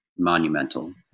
monumental